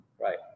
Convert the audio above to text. right